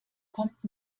kommt